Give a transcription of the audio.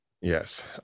Yes